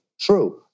True